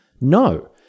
no